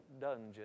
dungeon